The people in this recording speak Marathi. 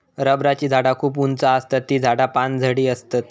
रबराची झाडा खूप उंच आसतत ती झाडा पानझडी आसतत